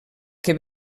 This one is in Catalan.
que